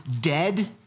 dead